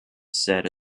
said